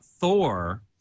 Thor